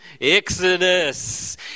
Exodus